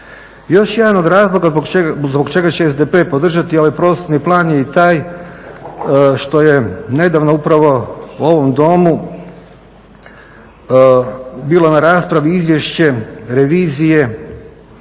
Još jedan od razloga zbog čega će SDp podržati ovaj prostorni plan je i taj što je nedavno upravo u ovom Domu bilo na raspravi Izvješće revizije,